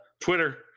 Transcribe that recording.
Twitter